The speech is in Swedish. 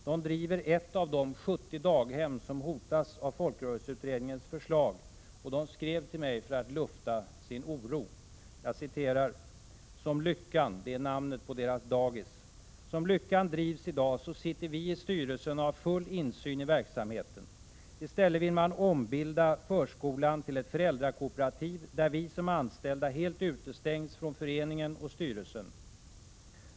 De driver ett av de 70 daghem som hotas av folkrörelseutredningens förslag, och de skrev till mig för att lufta sin oro: ”Som Lyckan” — det är namnet på dagiset — ”drivs i dag sitter vi i styrelsen och har full insyn i verksamheten. I stället vill man ombilda förskolan till ett föräldrakooperativ där vi som anställda helt utestängs från föreningen och styrelsen.